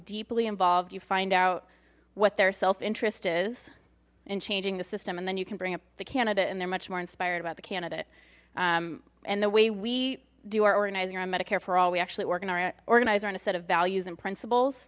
deeply involved you find out what their self interest is in changing the system and then you can bring up the candidate and they're much more inspired about the candidate and the way we do our organizing around medicare for all we actually work in are organized around a set of values and princip